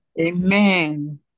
Amen